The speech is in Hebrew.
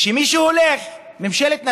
שמישהו הולך, ממשלת נתניהו,